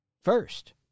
first